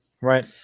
Right